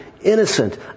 Innocent